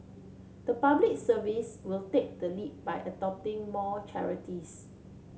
the Public Service will take the lead by adopting more charities